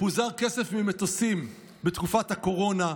פוזר כסף ממטוסים בתקופת הקורונה,